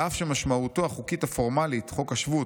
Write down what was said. ואף שמשמעותו החוקית הפורמלית (חוק השבות)